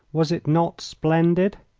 was it not splendid?